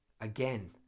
Again